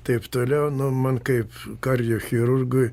taip toliau nu man kaip kardiochirurgui